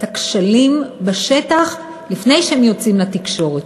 הכשלים בשטח לפני שהם יוצאים לתקשורת.